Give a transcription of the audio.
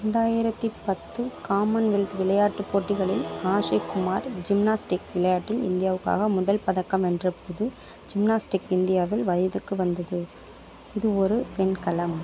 ரெண்டாயிரத்தி பத்து காமன்வெல்த் விளையாட்டுப் போட்டிகளில் ஆஷிக் குமார் ஜிம்னாஸ்டிக் விளையாட்டில் இந்தியாவுக்காக முதல் பதக்கம் வென்றபோது ஜிம்னாஸ்டிக் இந்தியாவில் வயதுக்கு வந்தது இது ஒரு வெண்கலம்